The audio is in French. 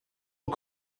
aux